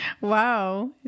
Wow